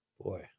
Boy